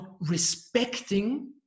respecting